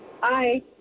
Hi